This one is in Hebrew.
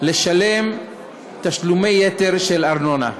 לשלם תשלומי יתר של ארנונה.